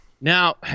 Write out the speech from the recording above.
Now